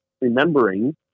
remembering